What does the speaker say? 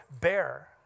bear